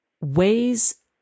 ways